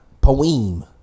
Poem